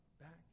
Back